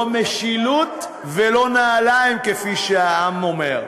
לא משילות ולא נעליים, כפי שהעם אומר.